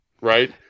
right